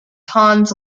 hans